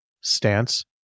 stance